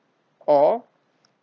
or